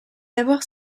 d’avoir